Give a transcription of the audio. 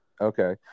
Okay